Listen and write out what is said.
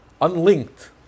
unlinked